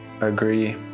agree